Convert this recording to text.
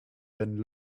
bend